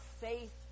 faith